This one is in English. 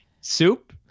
soup